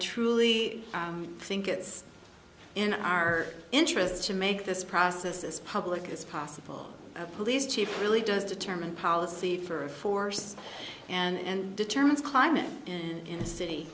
truly think it's in our interests to make this process as public as possible police chief really does determine policy for a force and determines climate in the city